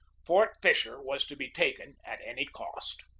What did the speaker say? fort fisher was to be taken at any cost.